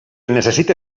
necessite